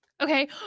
Okay